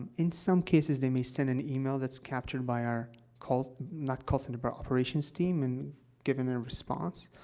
in some cases, they may send an email that's captured by our call not call center but operations team and given their response.